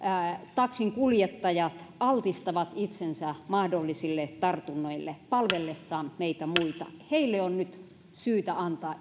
taksinkuljettajat altistavat itsensä mahdollisille tartunnoille palvellessaan meitä muita heille on nyt syytä antaa